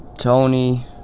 Tony